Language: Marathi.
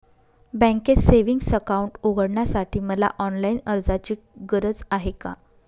बँकेत सेविंग्स अकाउंट उघडण्यासाठी मला ऑनलाईन अर्जाची गरज आहे का?